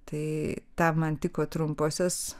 tai tam man tiko trumposios